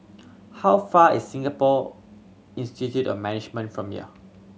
how far is Singapore Institute of Management from here